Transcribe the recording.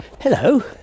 Hello